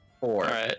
Four